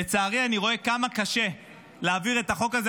לצערי, אני רואה כמה קשה להעביר את החוק הזה.